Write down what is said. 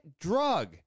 drug